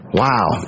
wow